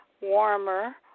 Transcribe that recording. warmer